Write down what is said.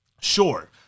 Sure